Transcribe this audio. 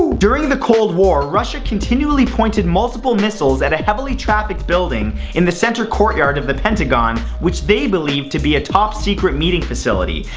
during the cold war, russia continually pointed multiple missiles at a heavily trafficked building in the center courtyard of the pentagon, which they believed to be a top secret meeting facility.